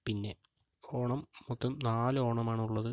പിന്നെ ഓണം മൊത്തം നാല് ഓണമാണുള്ളത്